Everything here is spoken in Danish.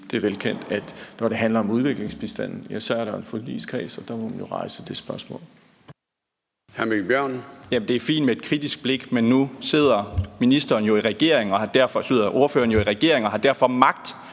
Det er velkendt, at når det handler om udviklingsbistanden, er der en forligskreds, og der må man jo rejse det spørgsmål.